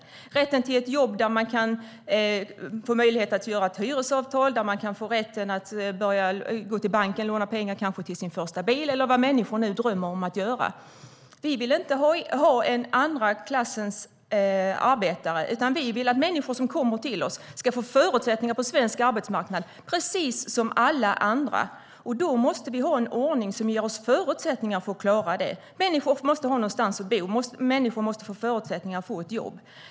Det handlar om rätten till ett jobb där man kan få möjlighet att skriva ett hyresavtal, få rätt att gå till banken och kanske låna pengar till sin första bil eller vad människor nu drömmer om att göra. Vi vill inte ha några andra klassens arbetare, utan vi vill att människor som kommer till oss ska få förutsättningar på svensk arbetsmarknad precis som alla andra. Då måste vi ha en ordning som ger oss förutsättningar att klara det. Människor måste ha någonstans att bo, och människor måste få förutsättningar att få ett jobb.